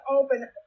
open